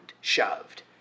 Shoved